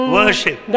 worship